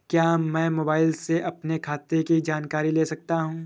क्या मैं मोबाइल से अपने खाते की जानकारी ले सकता हूँ?